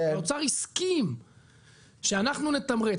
האוצר הסכים שאנחנו נתמרץ,